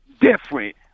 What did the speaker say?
different